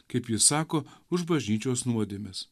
kaip ji sako už bažnyčios nuodėmes